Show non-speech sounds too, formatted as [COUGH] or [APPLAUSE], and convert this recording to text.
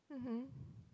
mmhmm [BREATH]